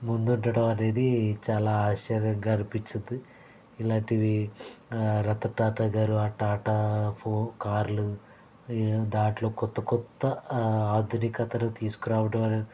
ముందు ఉండడం అనేది చాలా ఆశ్చర్యంగా అనిపించింది ఇలాంటివి రతన్ టాటా గారు ఆ టాటా ఫోన్ కార్లు దాంట్లో కొత్త కొత్త ఆధునికతను తీసుకురావడం అనేది